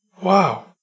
Wow